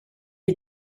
est